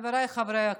חבריי חברי הכנסת,